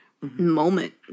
moment